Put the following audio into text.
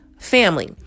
family